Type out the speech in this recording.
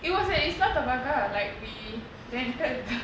it was at isla tabarca like we rented the